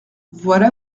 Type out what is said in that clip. voilà